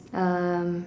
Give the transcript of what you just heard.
um